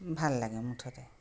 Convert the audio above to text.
ভাল লাগে মুঠতে